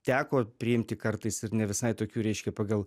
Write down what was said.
teko priimti kartais ir ne visai tokių reiškia ir pagal